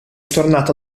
tornato